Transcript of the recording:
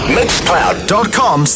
Mixcloud.com